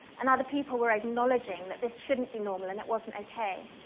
and other people were acknowledging that this shouldn't be normal, and it wasn't okay.